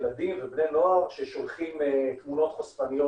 ילדים ובני נוער ששולחים תמונות חושפניות